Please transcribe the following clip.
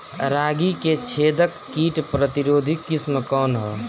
रागी क छेदक किट प्रतिरोधी किस्म कौन ह?